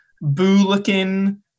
boo-looking